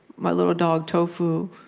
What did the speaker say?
my little dog, tofu,